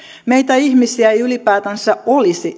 meitä ihmisiä ei ylipäätänsä olisi